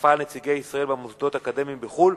התקפה על נציגי ישראל במוסדות אקדמיים בחוץ-לארץ.